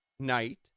Knight